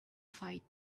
fight